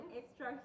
extra